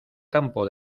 campo